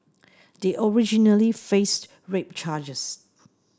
they originally faced rape charges